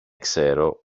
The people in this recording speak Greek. ξέρω